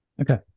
Okay